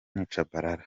tchabalala